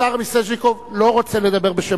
השר מיסז'ניקוב לא רוצה לדבר בשם